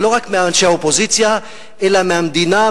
ולא רק מאנשי האופוזיציה אלא מהמדינה,